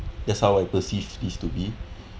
that's how I perceive this to be